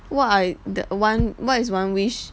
what I that one what is one wish